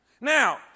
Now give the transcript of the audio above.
Now